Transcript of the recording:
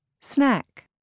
Snack